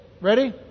Ready